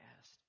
asked